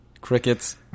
Crickets